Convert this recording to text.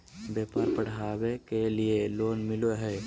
व्यापार बढ़ावे के लिए लोन मिलो है?